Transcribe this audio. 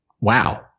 wow